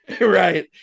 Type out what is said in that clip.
Right